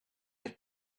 had